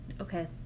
Okay